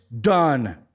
done